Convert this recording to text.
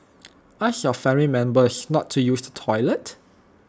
ask your family members not to use the toilet